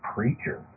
Preacher